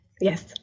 yes